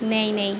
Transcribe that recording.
नहीं नहीं